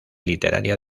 literaria